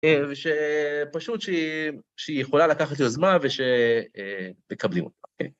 ושפשוט שהיא יכולה לקחת יוזמה ושתקבלי אותה, כן.